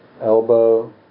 elbow